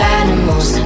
animals